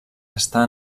estar